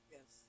Yes